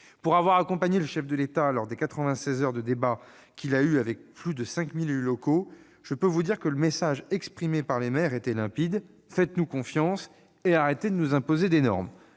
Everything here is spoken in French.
Pour avoir accompagné le Président de la République lors des 96 heures de débats qu'il a eues avec plus de 5 000 élus locaux, je puis vous dire que le message exprimé par les maires était limpide :« Faites-nous confiance et cessez de nous imposer des normes